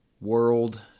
world